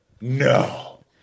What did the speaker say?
No